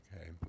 Okay